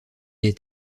est